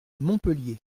montpellier